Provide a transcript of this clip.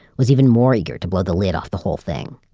was even more eager to blow the lid off the whole thing.